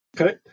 Okay